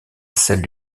celles